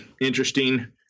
interesting